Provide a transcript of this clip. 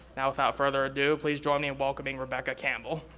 now, without further ado, please join me in welcoming rebecca campbell.